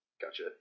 Gotcha